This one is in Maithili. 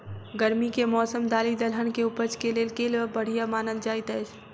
गर्मी केँ मौसम दालि दलहन केँ उपज केँ लेल केल बढ़िया मानल जाइत अछि?